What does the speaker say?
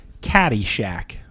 Caddyshack